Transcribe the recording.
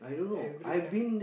every country